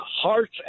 hearts